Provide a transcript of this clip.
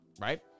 right